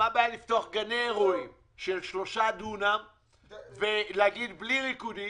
מה הבעיה לפתוח גני אירועים של שלושה דונם ולהגיד בלי ריקודים